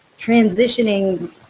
transitioning